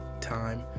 time